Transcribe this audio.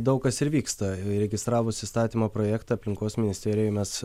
daug kas ir vyksta įregistravus įstatymo projektą aplinkos ministerijoj mes